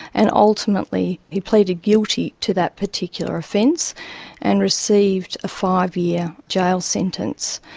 and ultimately he pleaded guilty to that particular offence and received a five-year jail sentence.